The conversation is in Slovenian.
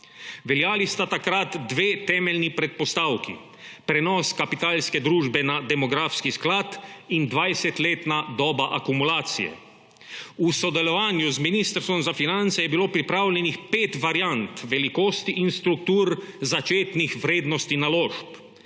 Veljali sta takrat dve temeljni predpostavki, prenos Kapitalske družbe na demografski sklad in 20-letna doba akumulacije. V sodelovanju z Ministrstvom za finance je bilo pripravljenih pet variant velikosti in struktur začetnih vrednosti naložb.